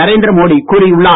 நரேந்திர மோடி கூறியுள்ளார்